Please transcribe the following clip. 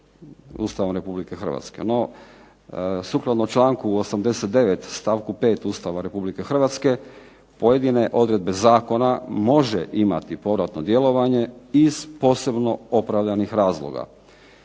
Ustavom Republike Hrvatske. No, sukladno članku 89. stavku 5. Ustava Republike Hrvatske pojedine odredbe zakona može imati povratno djelovanje iz posebno opravdanih razloga.